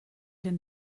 denn